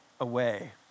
away